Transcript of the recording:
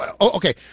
Okay